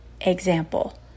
example